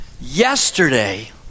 yesterday